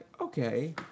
okay